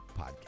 podcast